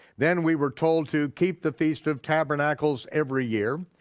then we were told to keep the feast of tabernacles every year.